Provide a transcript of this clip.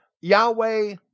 Yahweh